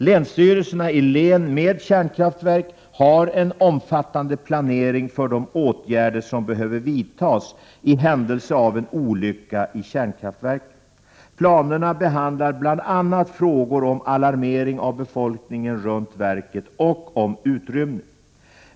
Länsstyrelserna i län med kärnkraftverk har en omfattande planering för de åtgärder som behöver vidtas i händelse av en olycka i kärnkraftverket. Planerna behandlar bl.a. frågor om alarmering av befolkningen runt verket och om utrymning.